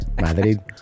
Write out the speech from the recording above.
Madrid